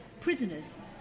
prisoners